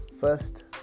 first